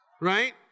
right